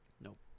Nope